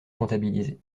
comptabiliser